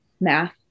math